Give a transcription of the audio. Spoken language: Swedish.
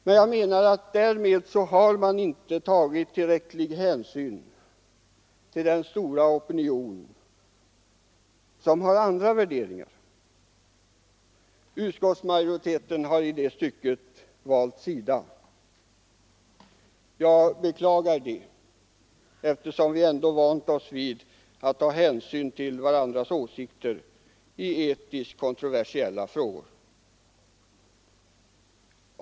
Men jag menar att man därmed inte har tagit tillräcklig hänsyn till den stora opinion som har andra värderingar. Utskottsmajoriteten har i det stycket valt sida. Jag beklagar det, eftersom vi ändå vant oss vid att ta hänsyn till varandras åsikter i etiskt kontroversiella frågor.